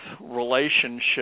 relationship